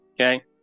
okay